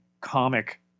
comic